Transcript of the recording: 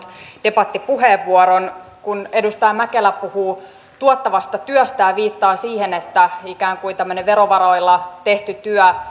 debattipuheenvuoron kun edustaja mäkelä puhuu tuottavasta työstä ja viittaa siihen että ikään kuin tämmöinen verovaroilla tehty työ